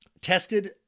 tested